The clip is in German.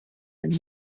einen